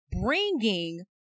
bringing